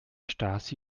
stasi